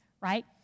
right